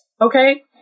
okay